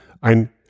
ein